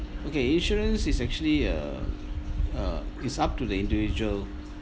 okay insurance is actually uh uh it's up to the individual